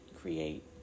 create